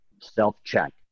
self-check